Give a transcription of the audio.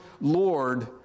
Lord